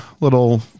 little